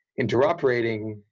interoperating